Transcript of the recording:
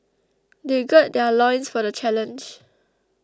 they gird their loins for the challenge